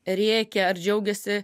rėkia ar džiaugiasi